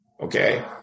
okay